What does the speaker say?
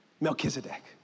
Melchizedek